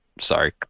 sorry